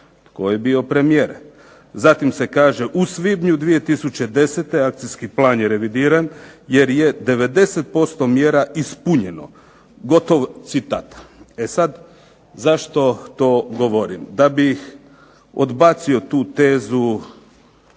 Tko je bio premijer? Zatim se kaže "U svibnju 2010. akcijski plan je revidiran, jer je 90% mjera ispunjeno". Gotov citat. E zašto to sada govorim? Da bih odbacio tu tezu